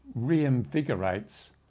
reinvigorates